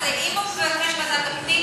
אז אם הוא מבקש ועדת הפנים,